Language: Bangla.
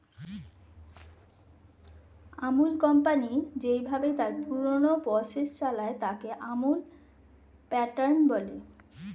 আমূল কোম্পানি যেইভাবে তার পুরো প্রসেস চালায়, তাকে আমূল প্যাটার্ন বলে